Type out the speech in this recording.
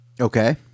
okay